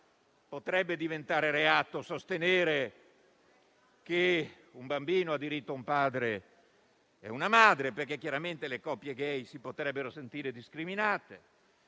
Potrebbe diventare allora reato sostenere che un bambino ha diritto a un padre e una madre, perché chiaramente le coppie gay si potrebbero sentire discriminate.